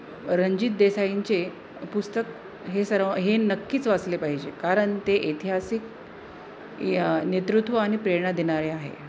रणाजित देसाईंचे पुस्तक हे सर्व हे नक्कीच वाचले पाहिजे कारण ते ऐतिहासिक या नेतृत्व आणि प्रेरणा देणारे आहे